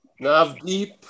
Navdeep